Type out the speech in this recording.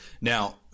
Now